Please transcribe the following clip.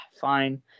Fine